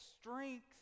strength